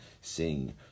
sing